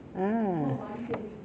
ah